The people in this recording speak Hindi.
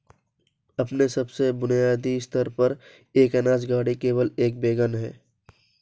अपने सबसे बुनियादी स्तर पर, एक अनाज गाड़ी केवल एक वैगन है